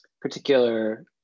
particular